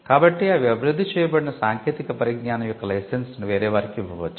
కాబట్టి అవి అభివృద్ధి చేయబడిన సాంకేతిక పరిజ్ఞానo యొక్క లైసెన్స్ ను వేరే వారికి ఇవ్వవచ్చు